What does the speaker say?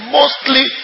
mostly